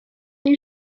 you